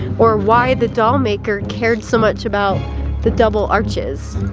or why the doll maker cared so much about the double arches?